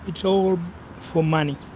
it's all for money.